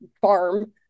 farm